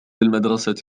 المدرسة